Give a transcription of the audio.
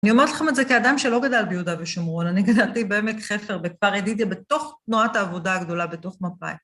אני אומרת לכם את זה כאדם שלא גדל ביהודה ושומרון, אני גדלתי בעמק חפר, בכפר ידידיה, בתוך תנועת העבודה הגדולה, בתוך מפאי.